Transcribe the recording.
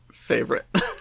favorite